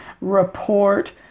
report